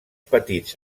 petits